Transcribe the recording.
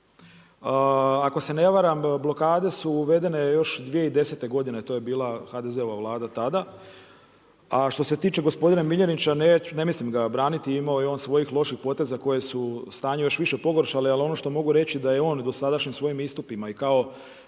Ako se ne varam blokade su uvedene još 2010. godine, to je bila HDZ-ova vlada tada, a što se tiče gospodina Miljenića ne mislim ga braniti, imao je on svojih loših poteza koje su stanje još više pogoršale, ali ono što mogu reći da je on svojim dosadašnjim svojim istupima i kao